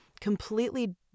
completely